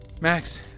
Max